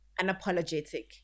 unapologetic